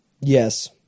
Yes